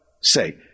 Say